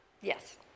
Yes